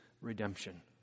redemption